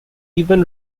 ivan